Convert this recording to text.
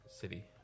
city